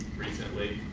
recently.